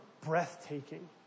breathtaking